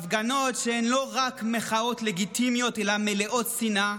הפגנות שהן לא רק מחאות לגיטימיות אלא מלאות שנאה,